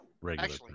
Regular